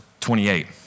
28